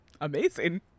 amazing